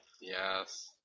Yes